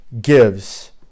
gives